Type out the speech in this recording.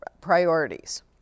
priorities